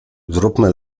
zróbmy